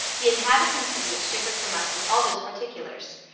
the inhabitants of which differed from us in all those particulars.